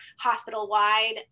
hospital-wide